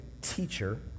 teacher